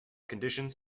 conditions